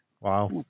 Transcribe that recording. Wow